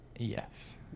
Yes